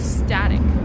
static